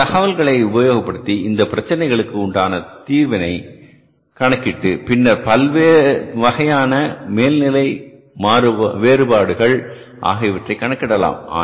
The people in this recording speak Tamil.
இந்த தகவல்களை உபயோகப்படுத்தி இந்தப் பிரச்சனைகளுக்கு உண்டான தீர்வினை கணக்கிட்டு பின்னர் பலவகையான மேல்நிலை வேறுபாடுகள் ஆகியவற்றை கணக்கிடலாம்